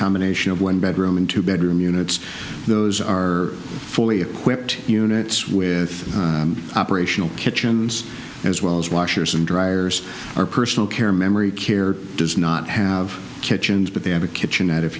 combination of one bedroom and two bedroom units those are fully equipped units with operational kitchens as well as washers and driers or personal care memory care does not have kitchens but they have a kitchen that if